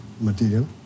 material